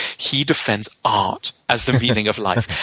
he defends art as the meaning of life.